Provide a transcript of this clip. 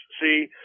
see